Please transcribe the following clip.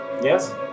Yes